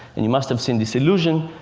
and you must have seen this illusion.